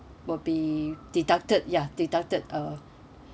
will be deducted ya deducted uh